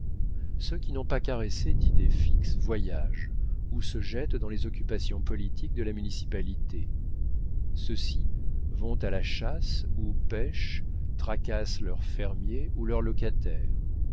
ceux qui n'ont pas caressé d'idée fixe voyagent ou se jettent dans les occupations politiques de la municipalité ceux-ci vont à la chasse ou pêchent tracassent leurs fermiers ou leurs locataires